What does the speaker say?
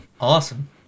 Awesome